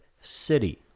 city